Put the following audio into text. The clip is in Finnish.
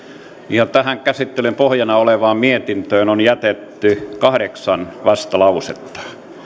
ja tähän käsittelyn pohjana olevaan mietintöön on jätetty kahdeksan vastalausetta